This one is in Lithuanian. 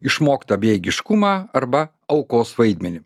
išmoktą bejėgiškumą arba aukos vaidmenį